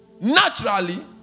Naturally